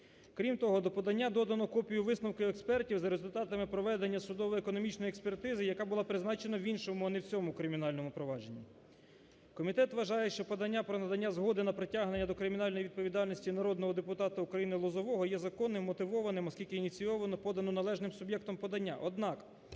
Крім того, до подання додано копію висновків експертів за результатами проведення судово-економічної експертизи, яка була призначена в іншому, а не в цьому кримінальному провадженні. Комітет вважає, що подання про надання згоди на притягнення до кримінальної відповідальності народного депутата України Лозового є законним, вмотивованим, оскільки ініційовано, подано належним суб'єктом подання, однак,